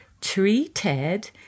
tree-ted